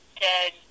dead